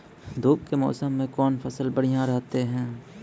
धूप के मौसम मे कौन फसल बढ़िया रहतै हैं?